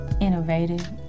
innovative